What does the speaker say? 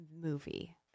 movie